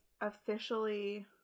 officially